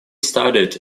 studied